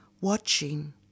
watching